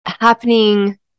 happening